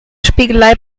spiegelei